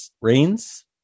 Rains